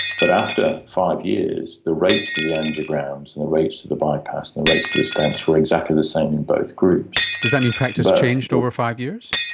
but after five years, the rates of the angiograms and the rates of the bypass and the rates of the stents were exactly the same in both groups. does that mean practice changed over five years?